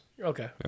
Okay